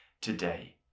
today